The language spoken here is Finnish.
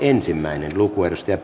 arvoisa puhemies